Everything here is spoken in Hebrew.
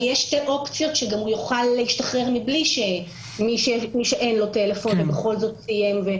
הרי יש שתי אופציות להשתחרר למי שאין טלפון ובכל זאת סיים.